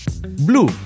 Blue